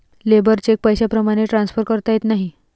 labour cheque पैशाप्रमाणे transfer करता येत नाही